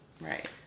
right